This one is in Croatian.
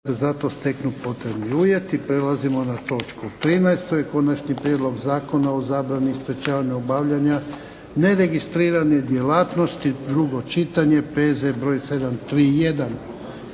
**Jarnjak, Ivan (HDZ)** Prelazimo na točku 13., to je –- Konačni prijedlog Zakona o zabrani i sprječavanju obavljanja neregistrirane djelatnosti, drugo čitanje, P.Z. br. 731